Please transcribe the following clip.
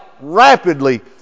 rapidly